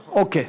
נכון.